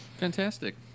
Fantastic